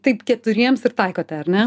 taip keturiems ir taikote ar ne